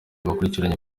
bakurikiranye